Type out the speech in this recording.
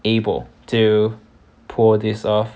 able to pull this off